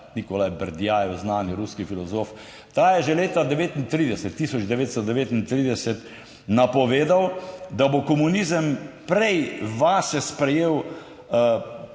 Nikolaj Berdjajev, znani ruski filozof -, ta je že leta 1939 napovedal, da bo komunizem prej vase sprejel